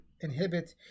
inhibit